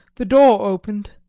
the door opened,